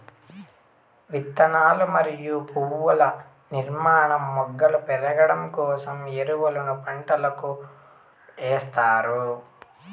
విత్తనాలు మరియు పువ్వుల నిర్మాణం, మొగ్గలు పెరగడం కోసం ఎరువులను పంటలకు ఎస్తారు